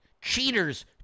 Cheaters